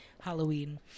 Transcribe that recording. Halloween